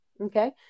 okay